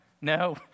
no